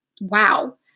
Wow